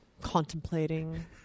contemplating